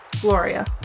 gloria